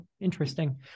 interesting